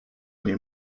nie